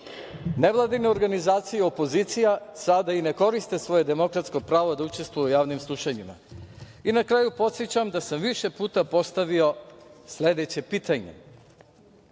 Nevladine organizacije i opozicija sada ne koriste svoje demokratsko pravo da učestvuju u javnim slušanjima. Na kraju, podsećam da sam više puta postavio sledeće pitanje.